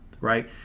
right